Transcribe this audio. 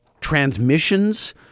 transmissions